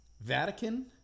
Vatican